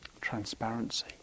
transparency